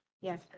Yes